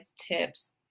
tips